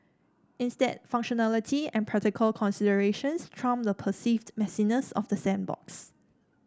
instead functionality and practical considerations trump the perceived messiness of the sandbox